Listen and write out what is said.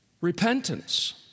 repentance